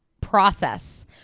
process